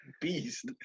beast